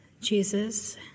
Jesus